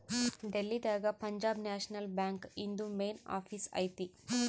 ಡೆಲ್ಲಿ ದಾಗ Punjab national bank ಇಂದು main office ಐತಿ